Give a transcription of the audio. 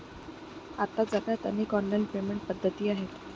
आता जगात अनेक ऑनलाइन पेमेंट पद्धती आहेत